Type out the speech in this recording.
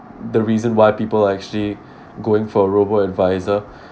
the reason why people actually going for robo advisor